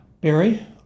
Barry